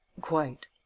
Quite